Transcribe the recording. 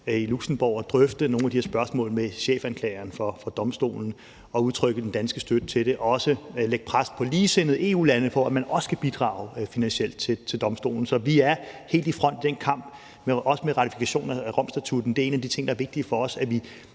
i Luxembourg, at drøfte nogle af de her spørgsmål med chefanklageren for domstolen og udtrykke den danske støtte til det – også til at lægge pres på ligesindede EU-lande, for at man også kan bidrage finansielt til domstolen. Så vi er helt i front i den kamp, også med ratifikationerne af Romstatutten. En af de ting, der er vigtig for os, er, at vi